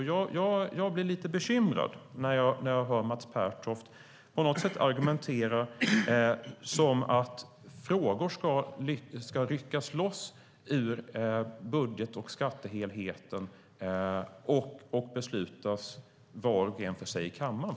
Jag blir lite bekymrad när jag hör Mats Pertoft på något sätt argumentera som att frågor ska ryckas loss ur budget och skattehelheten och beslutas var och en för sig i kammaren.